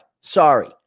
Sorry